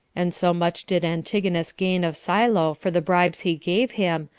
and so much did antigonus gain of silo for the bribes he gave him,